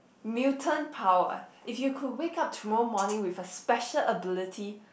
mutant power if you could wake up tomorrow morning with a special ability